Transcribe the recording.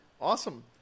awesome